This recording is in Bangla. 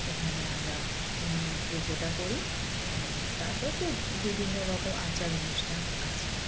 এখানে আমরা যোগ্যতা করি তারপর তো বিভিন্ন রকম আচার অনুষ্ঠান আছে